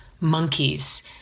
monkeys